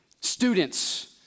Students